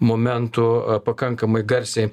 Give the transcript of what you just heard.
momentų pakankamai garsiai